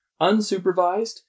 unsupervised